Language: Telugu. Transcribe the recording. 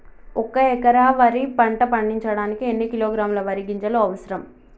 ఒక్క ఎకరా వరి పంట పండించడానికి ఎన్ని కిలోగ్రాముల వరి గింజలు అవసరం?